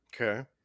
Okay